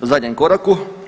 zadnjem koraku.